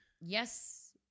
Yes